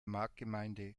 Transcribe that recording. marktgemeinde